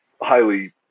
highly